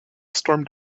stormed